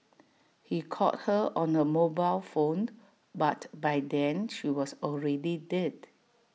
he called her on her mobile phone but by then she was already dead